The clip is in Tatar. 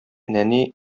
нәни